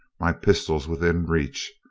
my pistols within reach,